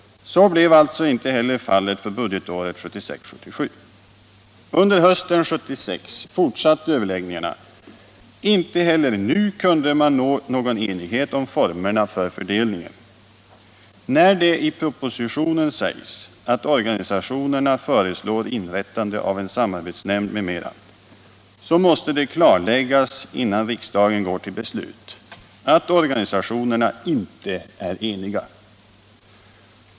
Så blev alltså inte heller fallet för budgetåret 1976/1977. Under hösten 1976 fortsatte överläggningarna. Inte heller nu kunde man nå någon enighet om formerna för fördelningen. När det i propositionen sägs att organisationerna föreslår inrättande av en samarbetsnämnd m.m. så måste det klargöras innan riksdagen går till beslut att organisationerna inte är eniga.